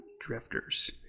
drifters